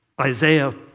Isaiah